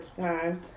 times